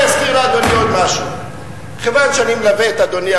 אני אזכיר לאדוני עוד משהו: כיוון שאני מלווה את אדוני,